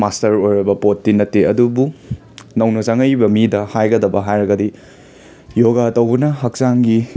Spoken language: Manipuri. ꯃꯥꯏꯇꯔ ꯑꯣꯏꯔꯕ ꯄꯣꯠꯇꯤ ꯅꯠꯇꯦ ꯑꯗꯨꯕꯨ ꯅꯧꯅ ꯆꯪꯉꯛꯏꯕ ꯃꯤꯗ ꯍꯥꯏꯒꯗꯕ ꯍꯥꯏꯔꯒꯗꯤ ꯌꯣꯒꯥ ꯇꯧꯕꯅ ꯍꯛꯆꯥꯡꯒꯤ